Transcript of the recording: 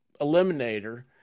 eliminator